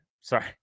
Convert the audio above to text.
Sorry